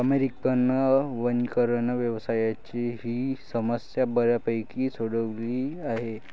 American वनीकरण व्यवसायाने ही समस्या बऱ्यापैकी सोडवली आहे